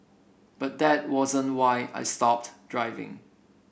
but that wasn't why I stopped driving